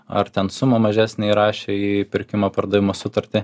ar ten sumą mažesnę įrašė į pirkimo pardavimo sutartį